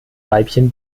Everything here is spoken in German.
weibchen